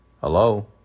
Hello